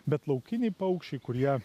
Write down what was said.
bet laukiniai paukščiai kurie